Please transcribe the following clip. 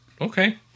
Okay